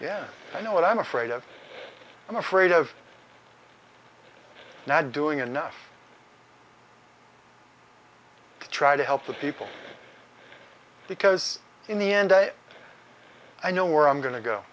yeah i know what i'm afraid of i'm afraid of not doing enough to try to help the people because in the end i i know where i'm going to go